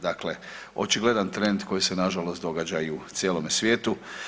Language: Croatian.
Dakle očigledan trend koji se nažalost događa i u cijelome svijetu.